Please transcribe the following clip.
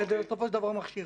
בסופו של דבר זה מכשיר.